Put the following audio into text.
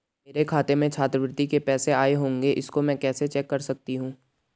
मेरे खाते में छात्रवृत्ति के पैसे आए होंगे इसको मैं कैसे चेक कर सकती हूँ?